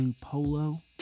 polo